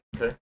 Okay